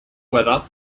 weather